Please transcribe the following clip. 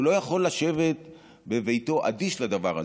והוא לא יכול לשבת בביתו אדיש לדבר הזה,